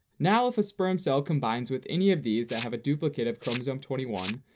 now, if a sperm cell combines with any of these that have a duplicate of chromosome twenty one,